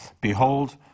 Behold